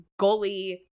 goalie